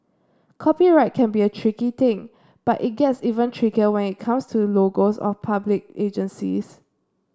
copyright can be a tricky thing but it gets even trickier when it comes to logos of public agencies